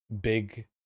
big